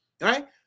right